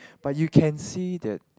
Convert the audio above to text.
but you can see that